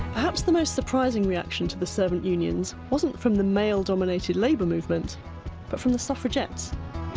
perhaps the most surprising reaction to the servant unions wasn't from the male-dominated labour movement but from the suffragettes.